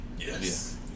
Yes